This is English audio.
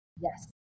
yes